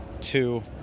two